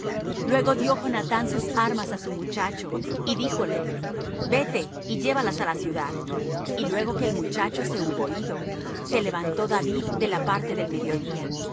luego dió jonathán sus armas á su muchacho y díjole vete y llévalas á la ciudad y luego que el muchacho se hubo ido se levantó david de la parte del mediodía